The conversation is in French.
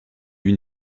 lui